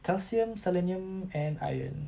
calcium selenium and iron